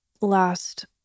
last